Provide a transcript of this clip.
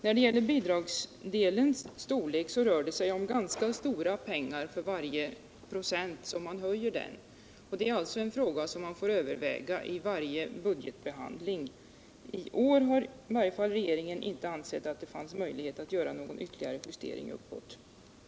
Beträffande bidragsdelens storlek vill jag säga att det rör sig om ganska stora pengar för varje procentenhet man höjer den. Detta är alltså en fråga som man får överväga i varje budgetbehandling. I varje fall i år har regeringen inte ansett att det fanns möjlighet att göra någon ytterligare justering uppåt.